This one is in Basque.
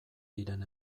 diren